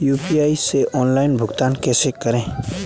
UPI से online भुगतान कैसे करें?